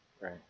right